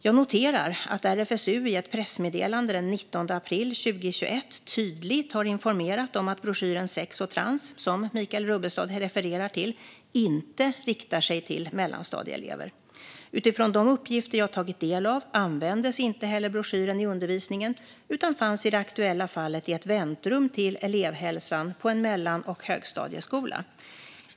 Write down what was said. Jag noterar att RFSU i ett pressmeddelande den 19 april 2021 tydligt har informerat om att broschyren Sex och trans , som Michael Rubbestad refererar till, inte riktar sig till mellanstadieelever. Utifrån de uppgifter jag tagit del av användes inte heller broschyren i undervisningen utan fanns i det aktuella fallet i ett väntrum till elevhälsan på en mellan och högstadieskola.